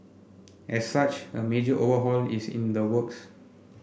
as such a major overhaul is in the works